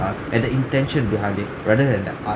art and the intention behind it rather than the art